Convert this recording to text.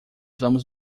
vamos